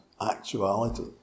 actuality